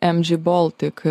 em dži boltik